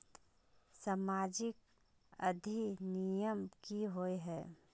सामाजिक अधिनियम की होय है?